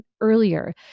earlier